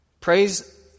Praise